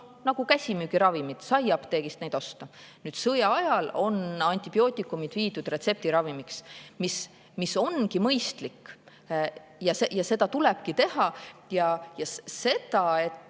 nagu käsimüügiravimid, neid sai apteegist osta. Sõjaajal on antibiootikumid viidud retseptiravimiks, mis ongi mõistlik ja seda tulebki teha. See, et